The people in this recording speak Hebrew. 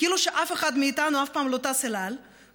כאילו שאף אחד מאיתנו אף פעם לא טס אל על ואף